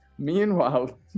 Meanwhile